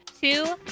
two